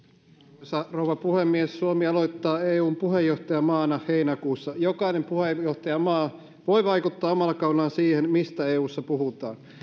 arvoisa rouva puhemies suomi aloittaa eun puheenjohtajamaana heinäkuussa jokainen puheenjohtajamaa voi vaikuttaa omalla kaudellaan siihen mistä eussa puhutaan